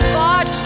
god